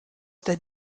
der